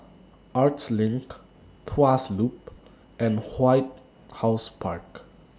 Arts LINK Tuas Loop and White House Park